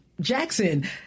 jackson